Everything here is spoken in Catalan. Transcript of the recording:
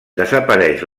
desapareix